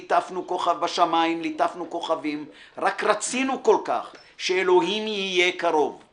ליטפנו כוכבים/ רק רצינו כל כך שאלוהים יהיה קרוב//